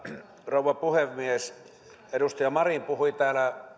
rouva puhemies kun edustaja marin puhui täällä